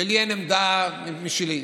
ולי אין עמדה משלי.